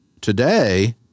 Today